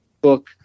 book